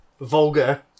vulgar